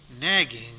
nagging